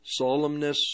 solemnness